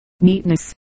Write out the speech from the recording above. neatness